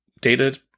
data